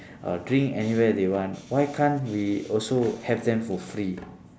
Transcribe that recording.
uh drink anywhere they want why can't we also have them for free